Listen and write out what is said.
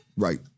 Right